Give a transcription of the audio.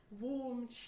warm